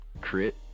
Crit